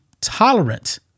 tolerant